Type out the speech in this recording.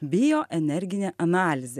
bio energinė analizė